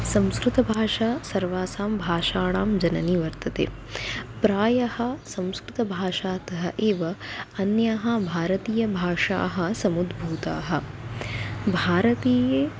संस्कृतभाषा सर्वासां भाषाणां जननी वर्तते प्रायः संस्कृतभाषात् एव अन्याः भारतीयभाषाः समुद्भूताः भारतीये